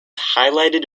highlighted